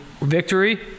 victory